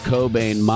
Cobain